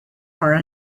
are